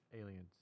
aliens